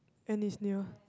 and it's near